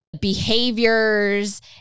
behaviors